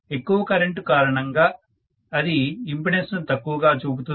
ఎక్కువ కరెంటు కారణంగా అది ఇంపెడన్స్ ను తక్కువగా చూపుతుంది